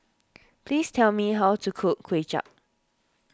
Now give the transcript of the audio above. please tell me how to cook Kway Chap